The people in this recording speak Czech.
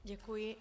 Děkuji.